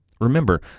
Remember